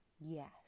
yes